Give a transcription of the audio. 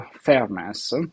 fairness